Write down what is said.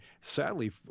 sadly